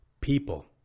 people